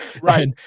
right